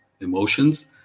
emotions